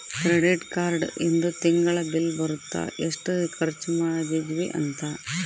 credit card ಇಂದು ತಿಂಗಳ bill ಬರುತ್ತ ಎಸ್ಟ ಖರ್ಚ ಮದಿದ್ವಿ ಅಂತ